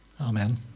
amen